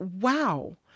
wow